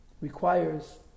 requires